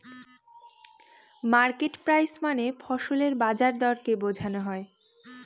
market price মানে ফসলের বাজার দরকে বোঝনো হয়